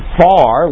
far